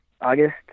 August